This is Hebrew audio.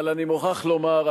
אבל אני מוכרח לומר,